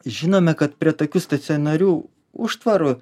žinome kad prie tokių stacionarių užtvarų